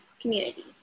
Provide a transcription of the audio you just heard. community